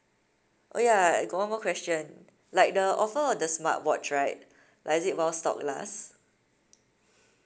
oh ya I got one more question like the offer of the smartwatch right like is it while stock lasts